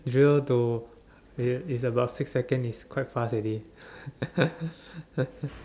drill to it it's about six seconds it's quite fast already